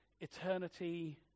eternity